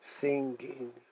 singing